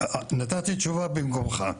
נתתי תשובה במקומך.